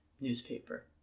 newspaper